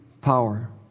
power